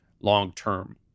long-term